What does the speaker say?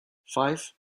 five